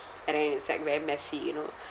and then it's like very messy you know